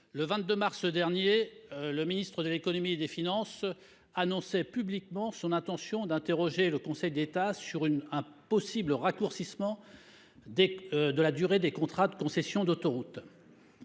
le 22 mars dernier, le ministre de l’économie et des finances annonçait publiquement son intention d’interroger le Conseil d’État sur un possible raccourcissement de la durée des contrats de concession d’autoroutes.